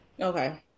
Okay